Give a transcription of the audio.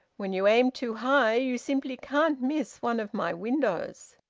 when you aim too high you simply can't miss one of my windows.